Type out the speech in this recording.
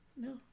No